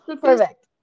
Perfect